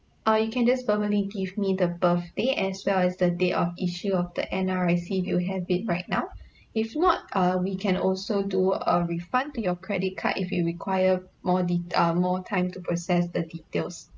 uh you can just verbally give me the birthday as well as the date of issue of the N_R_I_C if you have it right now if not uh we can also do a refund to your credit card if you require more deta~ uh more time to process the details